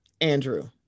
andrew